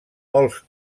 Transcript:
molts